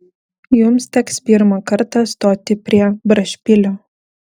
jums teks pirmą kartą stoti prie brašpilio